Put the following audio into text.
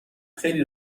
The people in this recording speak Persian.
خیلی